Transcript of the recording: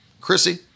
Chrissy